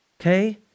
Okay